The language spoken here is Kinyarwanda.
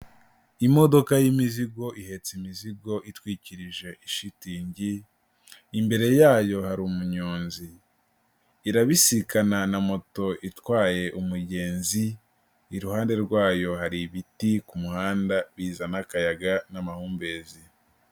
Imodoka y'imizigo, ihetse imizigo itwikirije ishitingi, imbere yayo hari umunyonzi, irabisikana na moto itwaye umugenzi, iruhande rwayo hari ibiti ku muhanda bizazana akayaga n'amahumbezi.